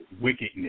wickedness